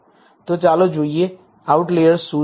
તો ચાલો જોઈએ આઉટલિઅર્સ શું છે